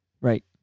Right